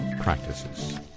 practices